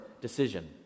decision